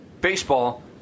baseball